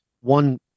one